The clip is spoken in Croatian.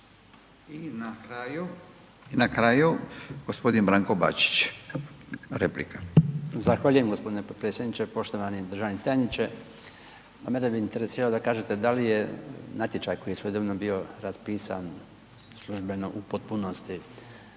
I na kraju gospodin Branko Bačić replika. **Bačić, Branko (HDZ)** Zahvaljujem gospodine potpredsjedniče. Poštovani državni tajniče, mene bi interesiralo da kažete da li je natječaj koji je … bio raspisan službeno u potpunosti